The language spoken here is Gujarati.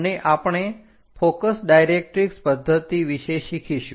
અને આપણે ફોકસ ડાયરેક્ટરીક્ષ પદ્ધતિ વિશે શીખીશું